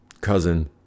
cousin